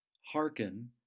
hearken